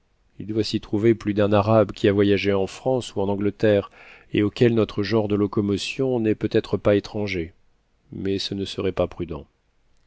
il doit s'y trouver plus d'un arabe qui a voyagé en france ou en angleterre et auquel notre genre de locomo tion n'est peut-être pas étranger mais ce ne serait pas prudent